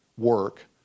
work